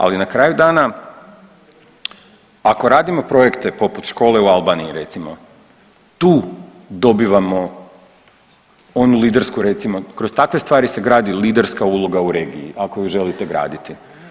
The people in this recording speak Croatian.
Ali na kraju dana ako radio projekte poput škole u Albaniji recimo, tu dobivamo onu lidersku recimo, kroz takve stvari se gradi liderska uloga u regiji ako ju želite graditi.